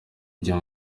gihe